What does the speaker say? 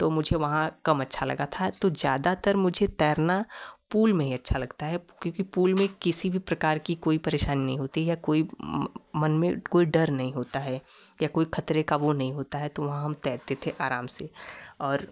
तो मुझे वहाँ कम अच्छा लगा था तो ज़्यादातर मुझे तैरना पुल में ही अच्छा लगता है क्योंकि पुल में किसी भी प्रकार कि कोई परेशानी नहीं होती है या कोई मन में कोई डर नहीं होता है या कोई खतरे का वो नहीं होता है तो वहाँ हम तैरते थे अराम से और